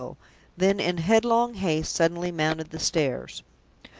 then in headlong haste suddenly mounted the stairs.